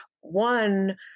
one